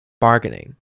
bargaining